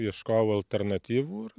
ieškojau alternatyvų ir